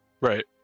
Right